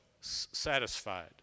satisfied